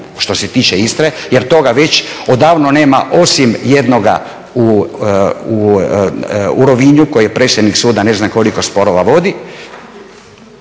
što se tiče Istre, jer toga već odavno nema osim jednoga u Rovinju koji je predsjednik suda ne znam koliko sporova vodi,